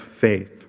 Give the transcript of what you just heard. faith